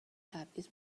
تبعیض